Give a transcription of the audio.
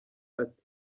ati